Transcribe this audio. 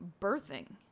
birthing